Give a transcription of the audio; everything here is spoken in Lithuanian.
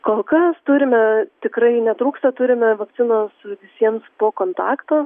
kol kas turime tikrai netrūksta turime vakcinos visiems po kontakto